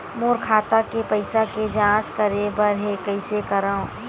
मोर खाता के पईसा के जांच करे बर हे, कइसे करंव?